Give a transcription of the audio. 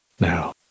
Now